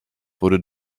wurde